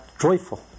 joyful